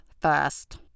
first